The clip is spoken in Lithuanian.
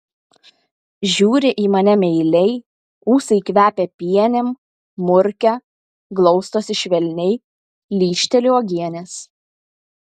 žiūri į mane meiliai ūsai kvepia pienėm murkia glaustosi švelniai lyžteli uogienės